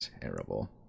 Terrible